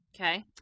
Okay